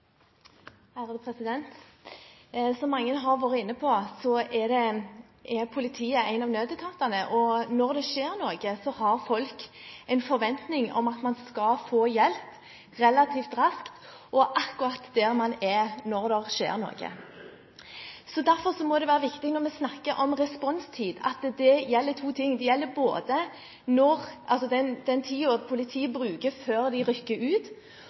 Som mange har vært inne på, er politiet én av nødetatene. Når det skjer noe, har folk en forventning om at man skal få hjelp relativt raskt, og akkurat der man er når det skjer noe. Derfor må det være viktig, når man snakker om responstid, å si at dette gjelder to ting, både den tiden politiet bruker før de rykker ut,